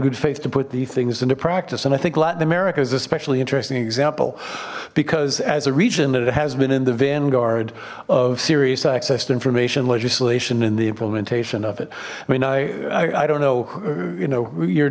good face to put these things into practice and i think latin america is especially interesting example because as a region that it has been in the vanguard of serious access to information legislation and the implementation of it i mean i i don't know you know y